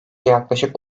yaklaşık